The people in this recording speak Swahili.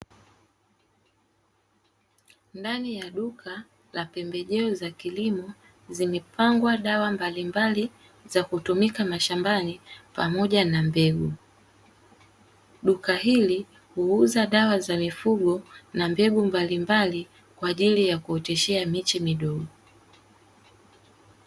Ndani ya duka la pembejeo za kilimo, zimepangwa dawa mbalimbali za kutumika mashambani pamoja na mbegu. Duka hili huuza dawa za mifugo na mbegu mbalimbali kwa ajili ya kuoteshea miche midogo.